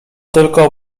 tylko